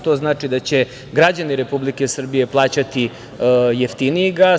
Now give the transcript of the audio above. To znači da će građani Republike Srbije plaćati jeftiniji gas.